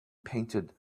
painted